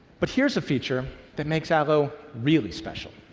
but here's a feature that makes allo really special.